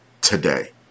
today